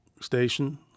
station